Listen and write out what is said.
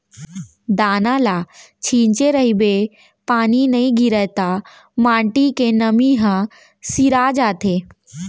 दाना ल छिंचे रहिबे पानी नइ गिरय त माटी के नमी ह सिरा जाथे